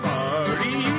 Party